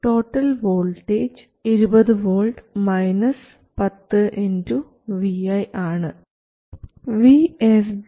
total voltage 20 V 10 vi ആണ്